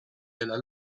della